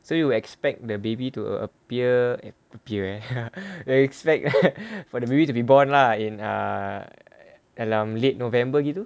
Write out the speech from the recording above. so you expect the baby to appear at eh appear eh they expect for the baby to be born lah in err dalam late november begitu